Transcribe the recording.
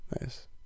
Nice